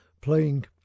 playing